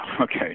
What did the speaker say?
okay